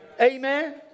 Amen